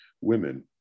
women